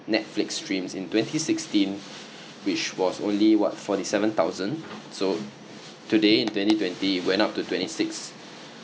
netflix streams in twenty sixteen which was only what forty seven thousand so today in twenty twenty it went up to twenty six